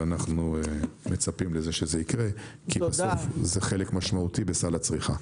ואנחנו מצפים לזה שזה יקרה כי זה חלק משמעותי בסל הצריכה.